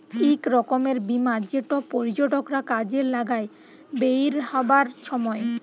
ইক রকমের বীমা যেট পর্যটকরা কাজে লাগায় বেইরহাবার ছময়